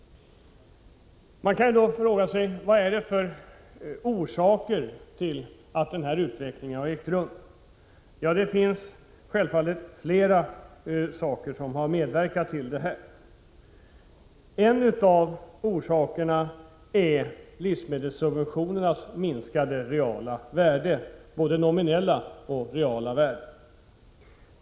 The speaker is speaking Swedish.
Man kan då fråga sig vad som är orsakerna till den utveckling som har ägt rum. Ja, det är självfallet flera saker som har medverkat. En av orsakerna är livsmedelssubventionernas minskade reala värde. Det gäller både det nominella och det reala värdet.